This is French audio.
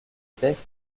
texte